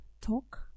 talk